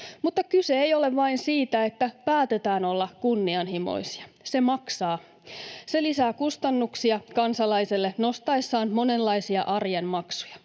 Mutta kyse ei ole vain siitä, että päätetään olla kunnianhimoisia. Se maksaa. Se lisää kustannuksia kansalaiselle nostaessaan monenlaisia arjen maksuja.